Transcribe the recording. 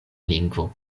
lingvo